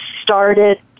started